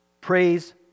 praise